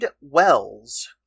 Wells